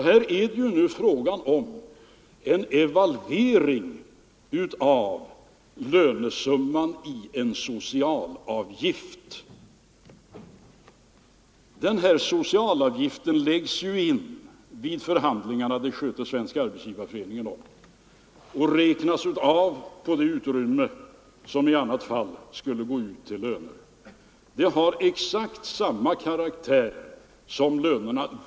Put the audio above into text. Vad det nu är fråga om är en evalvering av lönesumman i en socialavgift. Denna socialavgift läggs ju in i potten vid avtalsförhandlingarna — det sköter Svenska arbetsgivareföreningen om — och räknas av på det utrymme som i annat fall skulle gå ut i form av löner. Den har exakt samma karaktär som lönen.